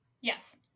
Yes